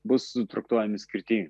bus traktuojami skirtingai